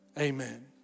amen